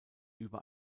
über